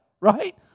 right